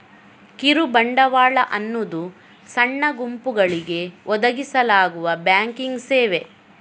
ಕಿರು ಬಂಡವಾಳ ಅನ್ನುದು ಸಣ್ಣ ಗುಂಪುಗಳಿಗೆ ಒದಗಿಸಲಾಗುವ ಬ್ಯಾಂಕಿಂಗ್ ಸೇವೆ